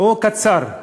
או קרוב.